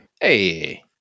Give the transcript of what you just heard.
Hey